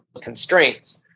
constraints